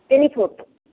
ତିନି ଫୁଟ